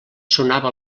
sonava